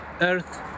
earth